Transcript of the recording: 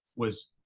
was